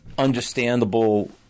Understandable